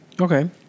okay